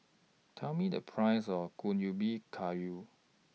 Tell Me The Price of Kuih Ubi Kayu